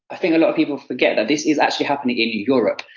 i think a lot of people forget that this is actually happening in europe.